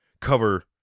cover